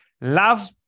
Love